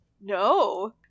No